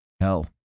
Hell